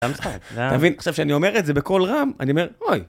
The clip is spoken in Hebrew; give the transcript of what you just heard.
אתה מבין, עכשיו כשאני אומר את זה בקול רם, אני אומר, אוי.